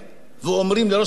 והיו אומרים לראש הממשלה,